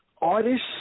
artists